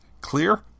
Clear